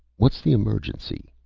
what's the emergency?